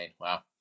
Wow